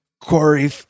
Corey